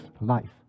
life